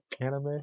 anime